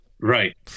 Right